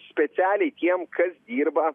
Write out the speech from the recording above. specialiai tiem kas dirba